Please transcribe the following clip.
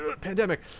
pandemic